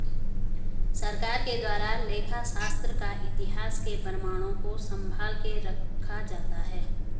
सरकार के द्वारा लेखा शास्त्र का इतिहास के प्रमाणों को सम्भाल के रखा जाता है